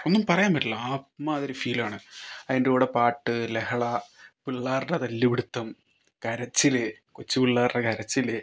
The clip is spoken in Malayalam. ഒന്നും പറയാൻ പറ്റില്ല അമ്മാതിരി ഫീലാണ് അതിൻ്റെ കൂടെ പാട്ട് ലഹള പിള്ളേരുടെ തല്ല് പിടുത്തം കരച്ചിൽ കൊച്ച് പിള്ളേരുടെ കരച്ചിൽ